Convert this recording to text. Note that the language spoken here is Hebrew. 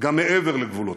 גם מעבר לגבולותינו.